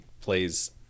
plays